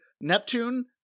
Neptune